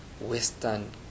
Western